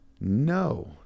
No